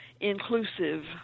inclusive